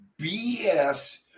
BS